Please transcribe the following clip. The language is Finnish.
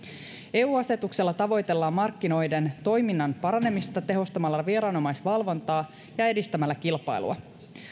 eu asetuksella tavoitellaan markkinoiden toiminnan paranemista tehostamalla viranomaisvalvontaa ja edistämällä kilpailua